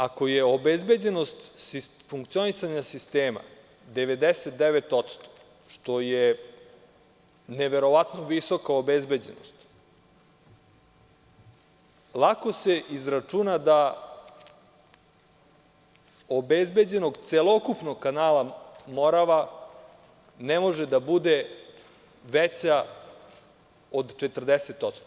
Ako je obezbeđenost funkcionisanja sistema 99%, što je neverovatno visoka obezbeđenost, lako se izračuna da obezbeđenog celokupnog kanala Morava ne može da bude veća od 40%